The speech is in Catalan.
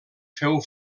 féu